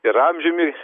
ir amžiumi